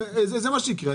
זה מה שיקרה.